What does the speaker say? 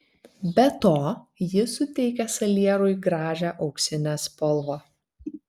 be to ji suteikia salierui gražią auksinę spalvą